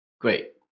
Great